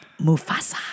Mufasa